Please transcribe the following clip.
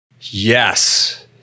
Yes